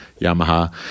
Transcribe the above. Yamaha